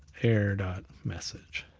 error message.